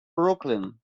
brooklyn